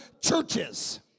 churches